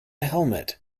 helmet